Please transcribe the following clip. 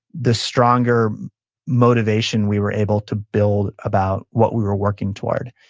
the stronger motivation we were able to build about what we were working toward.